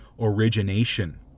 origination